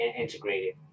integrated